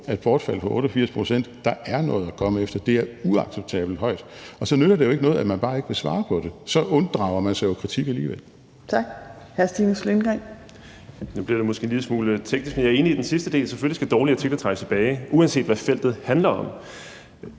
et bortfald på 88 pct. er der noget at komme efter. Det er uacceptabelt højt. Så nytter det jo ikke noget, at man bare ikke vil svare på det. Så unddrager man sig jo kritik. Kl. 12:42 Fjerde næstformand (Trine Torp): Hr. Stinus Lindgreen. Kl. 12:42 Stinus Lindgreen (RV): Nu bliver det måske en lille smule teknisk. Jeg er enig i den sidste del, for selvfølgelig skal dårlige artikler trækkes tilbage, uanset hvad feltet handler om.